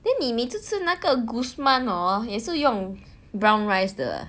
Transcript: then 你每次吃那个 guzman hor 也是用 brown rice 的